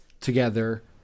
together